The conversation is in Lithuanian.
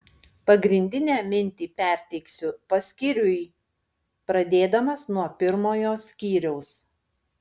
pagrindinę mintį perteiksiu paskyriui pradėdamas nuo pirmojo skyriaus